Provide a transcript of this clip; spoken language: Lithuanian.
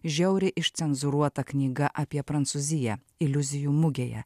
žiauriai išcenzūruota knyga apie prancūziją iliuzijų mugėje